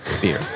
beer